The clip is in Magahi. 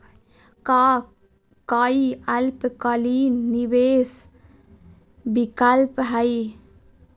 का काई अल्पकालिक निवेस विकल्प हई?